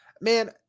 man